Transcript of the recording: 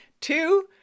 Two